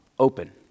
open